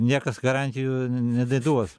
niekas garantijų neduos